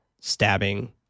stabbing